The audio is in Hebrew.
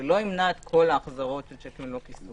זה לא ימנע את כל ההחזרות של שיקים ללא כיסוי.